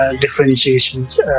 Differentiations